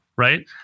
Right